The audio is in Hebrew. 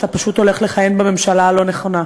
אתה פשוט הולך לכהן בממשלה הלא-נכונה.